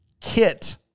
kit